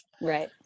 Right